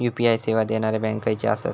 UPI सेवा देणारे bank खयचे आसत?